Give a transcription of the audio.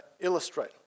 illustrate